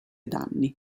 danni